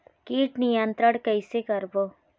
कीट नियंत्रण कइसे करबो?